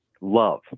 love